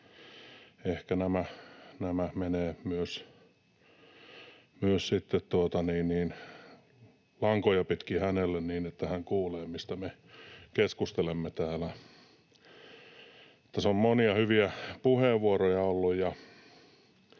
ehkä nämä menevät myös sitten lankoja pitkin hänelle, niin että hän kuulee, mistä me keskustelemme täällä. Tässä on monia hyviä puheenvuoroja